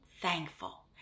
thankful